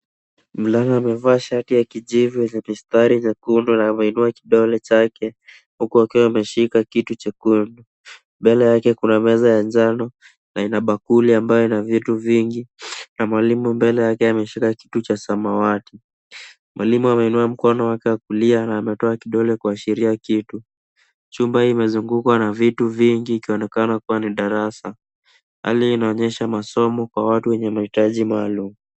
Mvulana amevaa shati ya kijivu yenye mistari nyekundu na ameinua kidole chake, huku akiwa ameshika kitu chekundu. Mbele yake kuna meza ya njano na ina bakuli ambayo ina vitu vingi na mwalimu mbele yake, ameshika kitu cha samawati. Mwalimu ameinua mkono wake wa kulia na anatoa kidole kuashiria kitu. Chumba imezungukwa na vitu vingi, ikionekana kuwa ni darasa. Hali inaonyesha masomo kwa watu wenye mahitaji maalum.